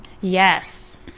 Yes